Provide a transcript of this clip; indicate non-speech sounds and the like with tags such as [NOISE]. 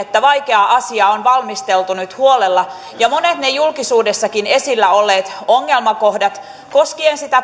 että vaikea asia on valmisteltu nyt huolella ja monet ne julkisuudessakin esillä olleet ongelmakohdat koskien sitä [UNINTELLIGIBLE]